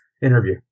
interview